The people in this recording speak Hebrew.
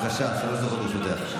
כל הכבוד.